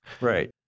Right